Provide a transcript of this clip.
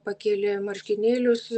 pakėlė marškinėlius